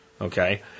Okay